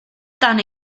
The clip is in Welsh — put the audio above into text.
dan